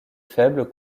faibles